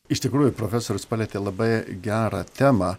iš tikrųjų profesorius palietė labai gerą temą